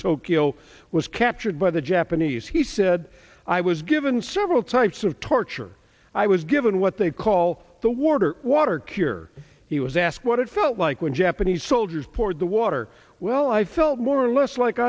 tokyo was captured by the japanese he said i was given several types of torture i was given what they call the water water cure he was asked what it felt like when japanese soldiers poured the water well i felt more or less like